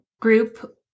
group